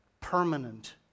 permanent